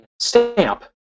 Stamp